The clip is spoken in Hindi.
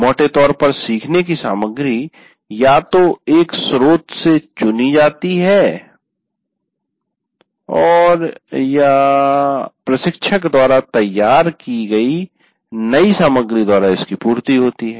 मोटे तौर पर सीखने की सामग्री या तो एक स्रोत से चुनी जाती है औरया प्रशिक्षक द्वारा तैयार की गई सामग्री द्वारा इसकी पूर्ति होती है